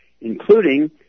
including